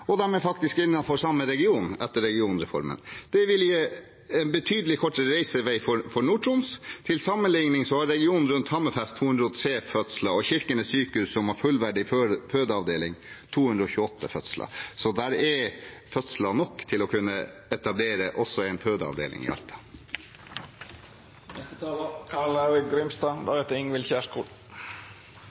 er faktisk også innenfor den samme regionen etter regionreformen. Det vil gi en betydelig kortere reisevei for folk i Nord-Troms. Til sammenligning har regionen rundt Hammerfest 203 fødsler og Kirkenes sykehus, som har en fullverdig fødeavdeling, 228